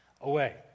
away